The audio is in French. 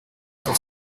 pour